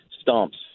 stumps